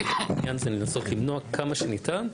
אבל העניין הוא לנסות למנוע כמה שניתן,